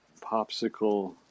Popsicle